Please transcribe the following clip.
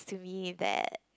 to me that